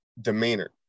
demeanor